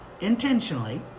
intentionally